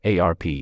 ARP